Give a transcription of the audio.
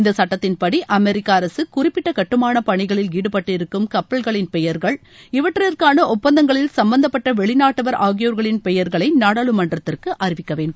இந்த சட்டத்தின்படி அமெரிக்க அரக குறிப்பிட்ட கட்டுமான பணிகளில் ஈடுபட்டிருக்கும் கப்பல்களின் பெயர்கள் இவற்றுக்கான ஒப்பந்தங்களில்ல சம்பந்தப்பட்ட வெளிநாட்டவர் ஆகியோர்களின் பெயர்களை நாடாளுமன்றத்திற்கு அறிவிக்க வேண்டும்